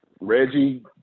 Reggie